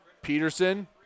Peterson